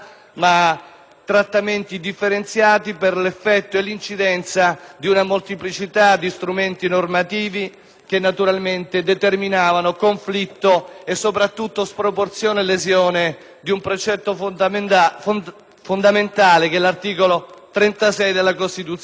responsabilità ma per l'effetto e l'incidenza di una molteplicità di strumenti normativi, che naturalmente determinavano conflitti e soprattutto sproporzione e lesione di un precetto fondamentale, l'articolo 36 della Costituzione.